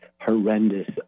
horrendous